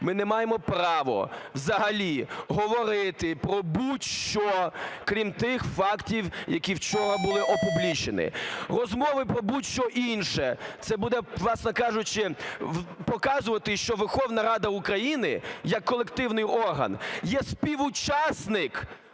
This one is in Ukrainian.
ми не маємо право взагалі говорити про будь-що, крім тих фактів, які вчора були опублічені. Розмови про будь-що інше - це буде, власне, кажучи, показувати, що Верховна Рада України як колективний орган є співучасник